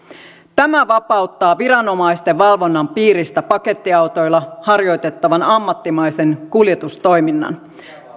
tämä vapauttaa viranomaisten valvonnan piiristä pakettiautoilla harjoitettavan ammattimaisen kuljetustoiminnan